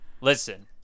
Listen